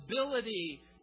ability